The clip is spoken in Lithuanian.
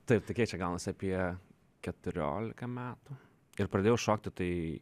taip tai kiek čia gaunasi apie keturiolika metų ir pradėjau šokti tai